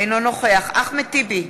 אינו נוכח אחמד טיבי,